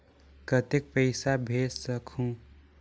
कतेक पइसा भेज सकहुं?